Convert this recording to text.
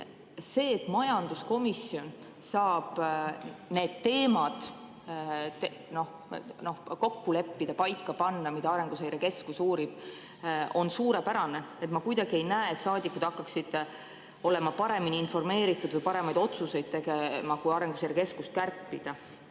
See, et majanduskomisjon saab need teemad kokku leppida, paika panna, mida Arenguseire Keskus uurib, on suurepärane. Ma kuidagi ei näe, et saadikud hakkaksid olema paremini informeeritud või paremaid otsuseid tegema, kui Arenguseire Keskuse